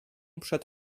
przed